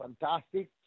fantastic